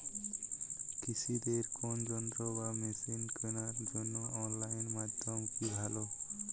কৃষিদের কোন যন্ত্র বা মেশিন কেনার জন্য অনলাইন মাধ্যম কি ভালো?